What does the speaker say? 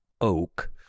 oak